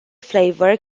flavour